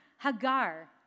Hagar